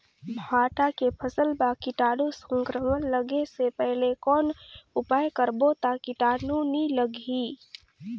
भांटा के फसल मां कीटाणु संक्रमण लगे से पहले कौन उपाय करबो ता कीटाणु नी लगही?